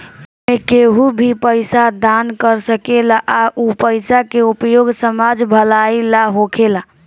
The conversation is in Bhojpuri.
एमें केहू भी पइसा दान कर सकेला आ उ पइसा के उपयोग समाज भलाई ला होखेला